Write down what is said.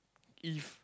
if